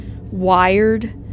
wired